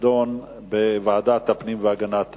תידונה בוועדת הפנים והגנת הסביבה.